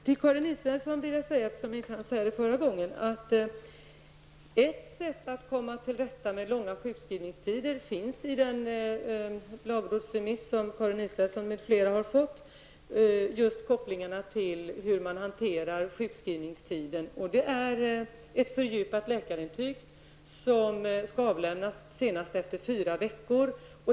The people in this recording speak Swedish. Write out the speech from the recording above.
Till Karin Israelsson vill jag säga, vilket jag inte hann i mitt förra inlägg, att ett sätt att komma till rätta med långa sjukskrivningstider -- just kopplingarna till hur man hanterar dessa -- finns med i den lagrådsremiss som Karin Israelsson m.fl. har fått. Det är ett särskilt utförligt läkarintyg som skall avlämnas senast efter fyra veckor.